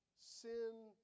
sin